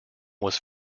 was